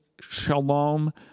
shalom